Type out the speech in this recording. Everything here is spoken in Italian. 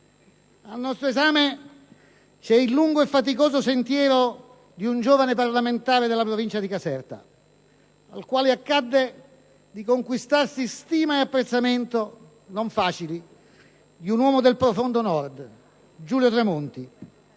Al nostro esame c'è il lungo e faticoso sentiero di un giovane parlamentare della provincia di Caserta, al quale accadde di conquistarsi stima e apprezzamento, non facili, di un uomo del profondo Nord, Giulio Tremonti.